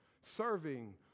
serving